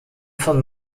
von